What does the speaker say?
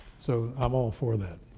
so i'm all for that.